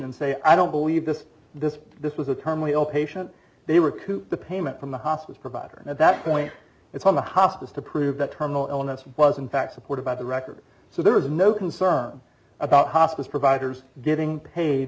and say i don't believe this this this was a terminally ill patient they were koop the payment from the hospice provider and at that point it's on the hospice to prove that terminal illness was in fact supported by the record so there is no concern about hospice providers getting paid